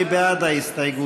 מי בעד ההסתייגות?